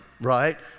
right